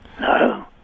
No